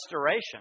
restoration